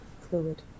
Fluid